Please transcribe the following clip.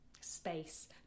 space